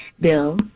Bill